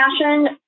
fashion